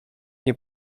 nie